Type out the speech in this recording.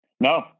No